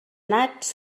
nats